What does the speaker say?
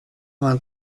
vingt